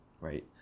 right